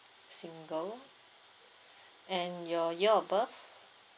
single and your year of birth